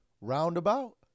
Roundabout